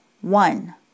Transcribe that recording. one